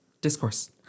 Discourse